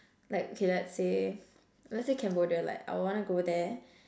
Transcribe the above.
like okay let's say let's say Cambodia like I would want to go there